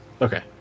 okay